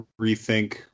rethink